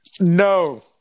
No